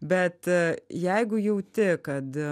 bet jeigu jauti kad